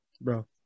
bro